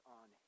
on